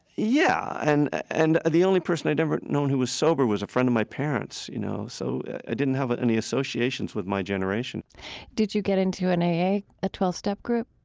yeah, and and the only person i'd ever known who was sober was a friend of my parents, you know, so i didn't have ah any associations with my generation did you get into an aa, a twelve step group?